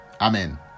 Amen